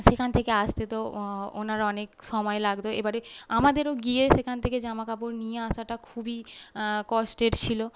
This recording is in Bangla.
সেখান থেকে আসতে তো ওনার অনেক সময় লাগত এবারে আমাদেরও গিয়ে সেখান থেকে জামাকাপড় নিয়ে আসাটা খুবই কষ্টের ছিল